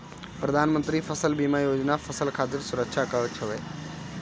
प्रधानमंत्री फसल बीमा योजना फसल खातिर सुरक्षा कवच हवे